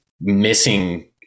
missing